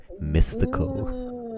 mystical